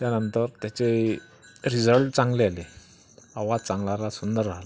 त्यानंतर त्याचे रिझल्ट चांगले आले आवाज चांगला आला सुंदर आला